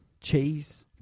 cheese